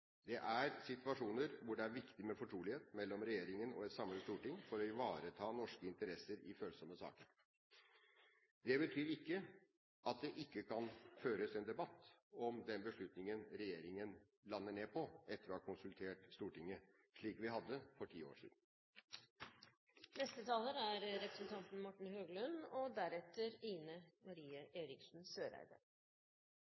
Det er situasjoner hvor det er viktig med fortrolighet mellom regjeringen og et samlet storting for å ivareta norske interesser i følsomme saker. Det betyr ikke at det ikke kan føres en debatt om den beslutning regjeringen lander ned på etter å ha konsultert Stortinget, slik vi hadde for ti år siden.